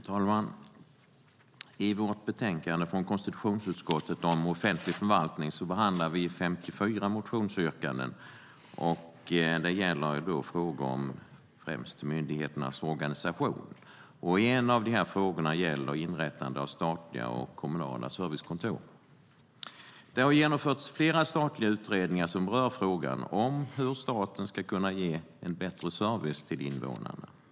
Fru talman! I vårt betänkande från konstitutionsutskottet om offentlig förvaltning behandlar vi 54 motionsyrkanden, och det gäller frågor om främst myndigheternas organisation. En del av frågorna gäller inrättande av statliga och kommunala servicekontor. Det har genomförts flera statliga utredningar som rör frågan hur staten ska kunna ge en bättre service till invånarna.